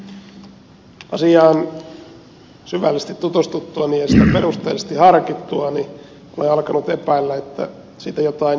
asiaan syvällisesti tutustuttuani ja sitä perusteellisesti harkittuani olen alkanut epäillä että siitä jotain ymmärränkin